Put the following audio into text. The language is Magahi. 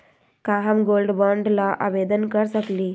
का हम गोल्ड बॉन्ड ल आवेदन कर सकली?